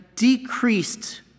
decreased